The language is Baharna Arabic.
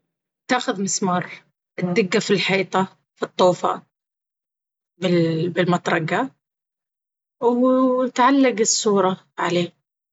تأخذ مسمار تدقه في الحيطة، الطوفة بالمطرقة و تعلق الصورة عليه.